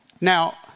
Now